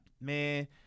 Man